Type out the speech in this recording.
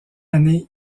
année